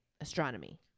astronomy